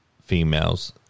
females